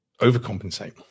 overcompensate